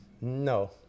No